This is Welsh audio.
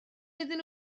iddyn